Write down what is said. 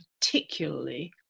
particularly